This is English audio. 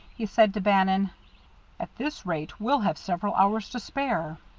he said to bannon at this rate, we'll have several hours to spare.